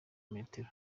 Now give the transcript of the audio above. metero